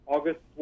August